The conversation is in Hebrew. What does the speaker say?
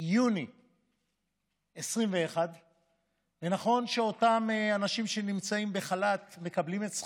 יוני 2021. נכון שאותם אנשים שנמצאים בחל"ת מקבלים את שכרם,